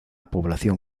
población